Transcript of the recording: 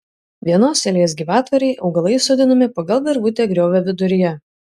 vienos eilės gyvatvorei augalai sodinami pagal virvutę griovio viduryje